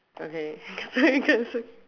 okay sorry cancel